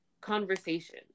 conversation